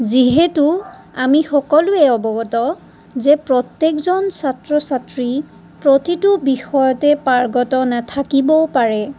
যিহেতো আমি সকলোৱে অৱগত যে প্ৰত্যেকজন ছাত্ৰ ছাত্ৰী প্ৰতিটো বিষয়তে পাৰ্গত নাথাকিবও পাৰে